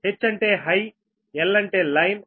H అంటే high L అంటే line